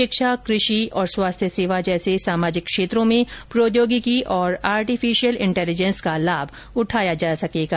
शिक्षा कृषि और स्वास्थ्य सेवा जैसे सामाजिक क्षेत्रों में प्रौद्योगिकी और आर्टिफिशियल इंटेलीजेंस का लाभ उठाया जा सकेगा